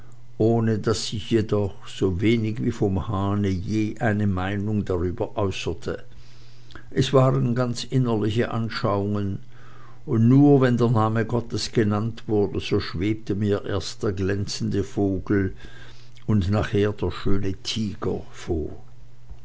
ohne daß ich jedoch sowenig wie vom hahne je eine meinung darüber äußerte es waren ganz innerliche anschauungen und nur wenn der name gottes genannt wurde so schwebte mir erst der glänzende vogel und nachher der schöne tiger vor